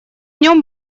нем